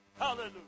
Hallelujah